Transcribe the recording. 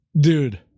dude